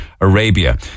Arabia